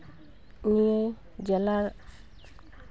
ᱱᱤᱭᱟᱹ ᱡᱮᱞᱟ